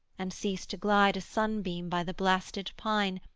and cease to glide a sunbeam by the blasted pine,